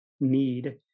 need